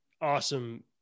awesome